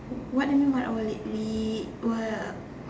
what do you mean one hour late we were